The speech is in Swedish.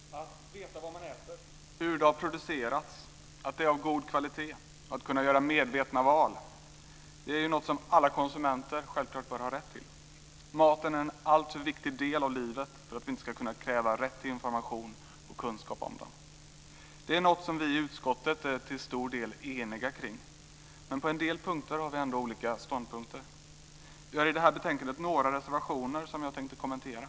Fru talman! Att veta vad man äter, hur det man äter har producerats och att det är av god kvalitet samt att man kan göra medvetna val är något som alla konsumenter självklart bör ha rätt till. Maten är en alltför viktig del av livet för att vi inte ska kunna kräva rätt till information och kunskap om den. Det är något som vi i utskottet till stor del är eniga om. Men på en del punkter intar vi olika ståndpunkter. Vi har i det här betänkandet några reservationer som jag tänker kommentera.